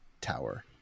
tower